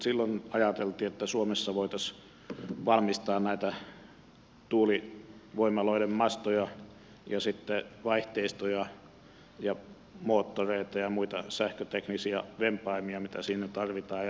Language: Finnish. silloin ajateltiin että suomessa voitaisiin valmistaa näitä tuulivoimaloiden mastoja vaihteistoja moottoreita potkureita ja muita sähköteknisiä vempaimia mitä siinä tarvitaan